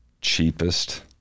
cheapest